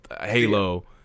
Halo